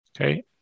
Okay